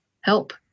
help